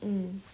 mm